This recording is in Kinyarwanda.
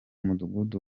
mudugudu